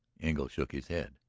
engle shook his head.